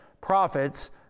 profits